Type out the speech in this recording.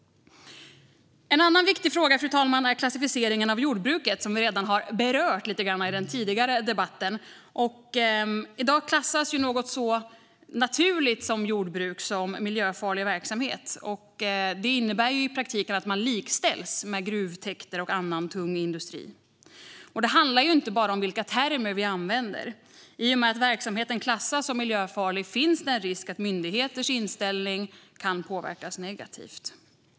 En annan viktig fråga, fru talman, är klassificeringen av jordbruket, som vi redan har berört lite grann i den tidigare debatten. I dag klassas ju något så naturligt som jordbruk som miljöfarlig verksamhet. Det innebär i praktiken att man likställs med gruvtäkter och annan tung industri. Det handlar inte bara om vilka termer vi använder. I och med att verksamheten klassas som miljöfarlig finns det en risk för att myndigheters inställning kan påverkas negativt.